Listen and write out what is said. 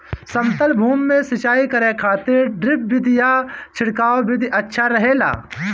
समतल भूमि में सिंचाई करे खातिर ड्रिप विधि या छिड़काव विधि अच्छा रहेला?